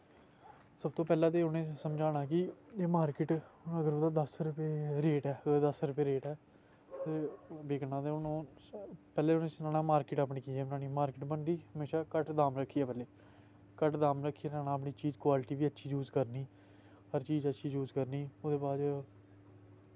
सबतूं पैह्लैं ते उ'नें ई समझाना कि एह् मार्किट अगर ओह्दा दस रपे रेट ऐ दस रपे रेट ऐ ते बिकना ते हून पैह्लें उ'नें ई सनाना मार्किट अपनी कि'यां बनानी मार्किट बनदी म्हेशां घट्ट दाम रक्खियै मतलब घट्ट दाम रक्खियै न अपनी चीज दी क्वालिटी बी अच्छी यूज करनी हर चीज अच्छी यूज करनी ओह्दे बाद